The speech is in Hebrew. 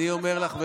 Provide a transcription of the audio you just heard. אני אומר לך.